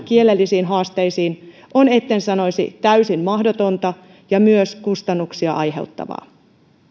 kielellisiin haasteisiin on etten sanoisi täysin mahdotonta ja myös kustannuksia aiheuttavaa